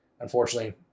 unfortunately